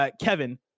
Kevin